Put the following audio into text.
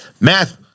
Math